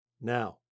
Now